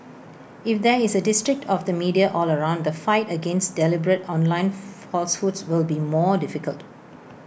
if there is A distrust of the media all around the fight against deliberate online falsehoods will be more difficult